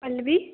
Pallavi